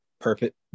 perfect